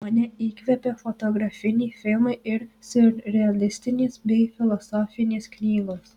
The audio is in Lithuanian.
mane įkvepia fotografiniai filmai ir siurrealistinės bei filosofinės knygos